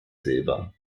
silber